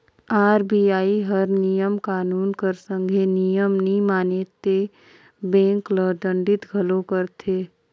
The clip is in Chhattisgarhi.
आर.बी.आई हर नियम कानून कर संघे नियम नी माने ते बेंक ल दंडित घलो करथे